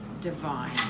divine